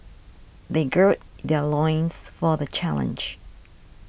they gird their loins for the challenge